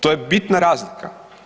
To je bitna razlika.